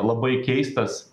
labai keistas